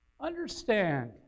Understand